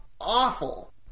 awful